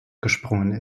gesprungen